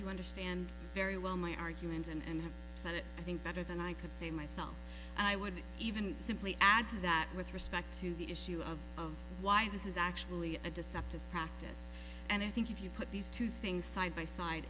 you understand very well my argument and have said it i think better than i could say myself i would even simply add to that with respect to the issue of of why this is actually a deceptive practice and i think if you put these two things side by side